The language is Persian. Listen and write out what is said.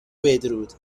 بدرود